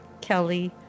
Kelly